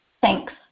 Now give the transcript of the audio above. Thanks